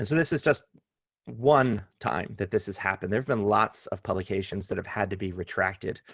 this and this is just one time that this has happened. there have been lots of publications that have had to be retracted,